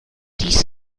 dies